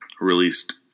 Released